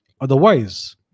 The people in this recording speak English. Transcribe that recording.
otherwise